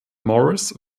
morris